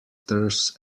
terse